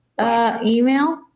Email